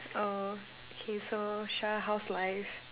oh K so Shah how's life